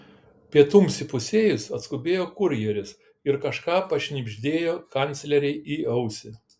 pietums įpusėjus atskubėjo kurjeris ir kažką pašnibždėjo kanclerei į ausį